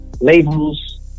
Labels